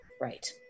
Right